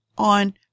On